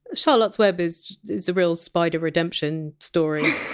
charlotte's web is is a real spider redemption story.